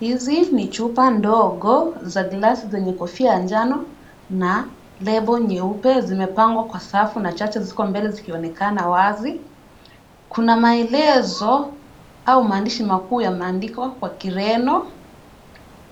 Hizi ni chupa ndogo za glasi zenye kofia ya njano na label nyeupe zimepangwa kwa safu na chache ziko mbele zikionekana wazi. Kuna maelezo au maandishi makuu yameandikwa kwa Kireno.